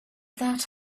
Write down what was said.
that